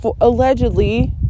allegedly